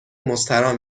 مستراح